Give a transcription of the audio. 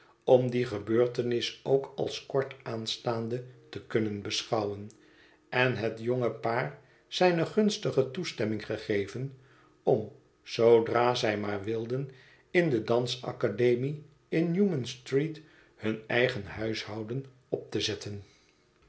om die gebeurtenis ook als kort aanstaande te kunnen beschouwen en het jonge paar zijne gunstige toestemming gegeven om zoodra zij maar wilden in de dansacademie in n e w m a nstreet hun eigen huishouden op te zetten